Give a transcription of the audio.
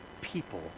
people